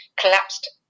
collapsed